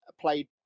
played